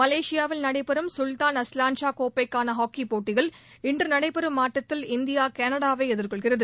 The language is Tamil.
மலேஷியாவில் நடைபெறும் சுல்தான் அஸ்லான் ஷா கோப்பைக்கான ஹாக்கிப் போட்டயில் இன்று நடைபெறும் இந்தியா கனடாவை எதிர்கொள்கிறது